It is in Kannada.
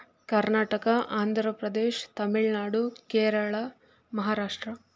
ಕರ್ನಾಟಕ ಆಂಧ್ರ ಪ್ರದೇಶ ತಮಿಳುನಾಡು ಕೇರಳ ಮಹಾರಾಷ್ಟ್ರ